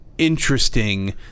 Interesting